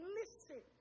listen